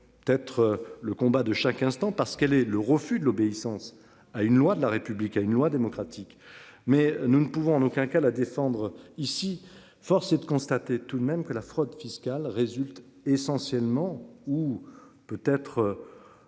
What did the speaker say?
doit. Être le combat de chaque instant parce qu'elle est le refus de l'obéissance à une loi de la République a une loi démocratique mais nous ne pouvons en aucun cas la défendre ici. Force est de constater tout de même que la fraude fiscale résulte essentiellement ou. Peut être.